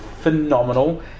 phenomenal